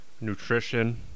nutrition